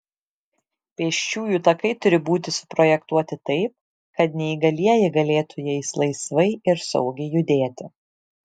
pėsčiųjų takai turi būti suprojektuoti taip kad neįgalieji galėtų jais laisvai ir saugiai judėti